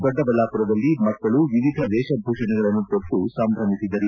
ದೊಡ್ಡಬಳ್ಳಾಪುರದಲ್ಲಿ ಮಕ್ಕಳು ವಿವಿಧ ವೇಷಭೂಷಣಗಳನ್ನು ತೊಟ್ಟು ಸಂಭ್ರಮಿಸಿದರು